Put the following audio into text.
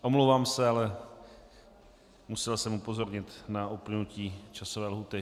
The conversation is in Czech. Omlouvám se, ale musel jsem upozornit na uplynutí časové lhůty.